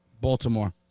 Baltimore